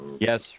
Yes